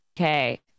Okay